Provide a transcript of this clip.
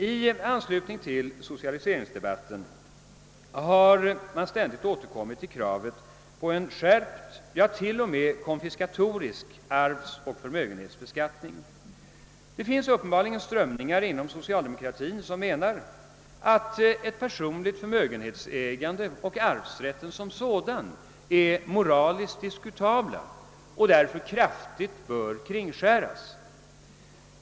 I anslutning till socialiseringsdebatten har man ständigt återkommit till kravet på en skärpt, ja, t.o.m. konfiskatorisk arvsoch förmögenhetsbeskattning. Det finns uppenbarligen strömningar inom socialdemokratin som menar, att ett personligt förmögenhetsägande och arvsrätten som sådan är moraliskt diskutabla och därför kraftigt bör kringskäras.